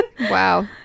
Wow